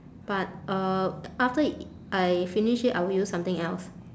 but uh after I finish it I will use something else